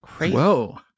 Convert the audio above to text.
Whoa